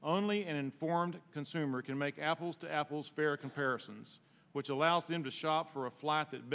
only an informed consumer can make apples to apples fair comparisons which allows them to shop for a flat that